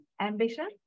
ambition